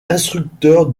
instructeur